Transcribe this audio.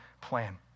plan